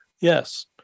Yes